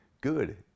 good